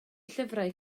llyfrau